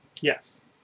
Yes